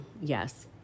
yes